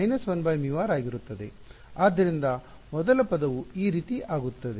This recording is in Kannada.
ಆದ್ದರಿಂದ ಮೊದಲ ಪದವು ಈ ರೀತಿ ಆಗುತ್ತದೆ